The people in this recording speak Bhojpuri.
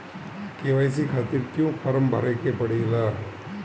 के.वाइ.सी खातिर क्यूं फर्म भरे के पड़ेला?